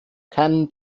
keinen